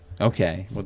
Okay